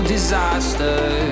Disaster